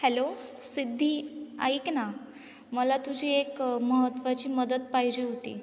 hello Siddhi ऐक ना मला तुझी एक महत्त्वाची मदत पाहिजे होती